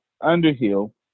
Underhill